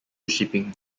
shipping